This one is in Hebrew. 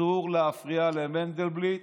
אסור להפריע למנדלבליט